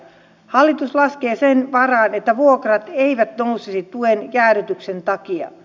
hallitus laskee sen varaan että vuokrat eivät nousisi tuen jäädytyksen takia